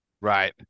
Right